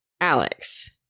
Alex